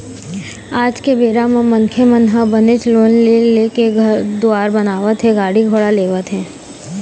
आज के बेरा म मनखे मन ह बनेच लोन ले लेके घर दुवार बनावत हे गाड़ी घोड़ा लेवत हें